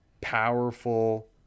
powerful